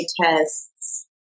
tests